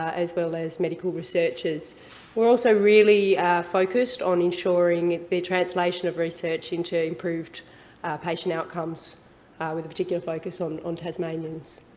as well as medical researchers. we're also really focused on ensuring the translation of research into improved patient outcomes with a particular focus on on tasmanians.